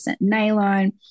Nylon